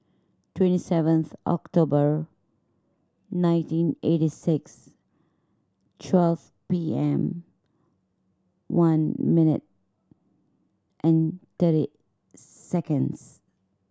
twenty seventh October nineteen eighty six twelve P M One minute and thirty seconds